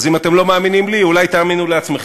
אז אם אתם לא מאמינים לי, אולי תאמינו לעצמכם.